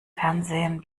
fernsehen